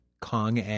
Kong